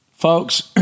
Folks